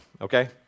okay